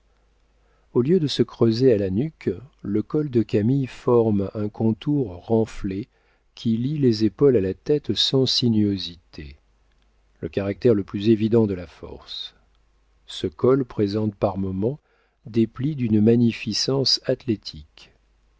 au lieu de se creuser à la nuque le col de camille forme un contour renflé qui lie les épaules à la tête sans sinuosité le caractère le plus évident de la force ce col présente par moments des plis d'une magnificence athlétique